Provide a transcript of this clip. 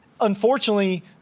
Unfortunately